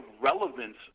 relevance